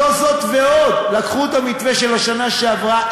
לא זאת ועוד: לקחו את המתווה של השנה שעברה,